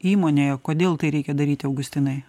įmonėje kodėl tai reikia daryti augustinai